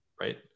right